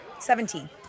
seventeen